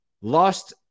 lost